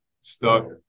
stuck